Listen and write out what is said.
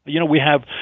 you know, we have,